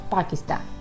Pakistan